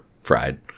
fried